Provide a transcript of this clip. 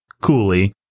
coolly